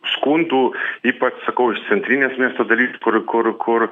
skundų ypač sakau iš centrinės miesto dalis kur kur kur